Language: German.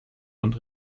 und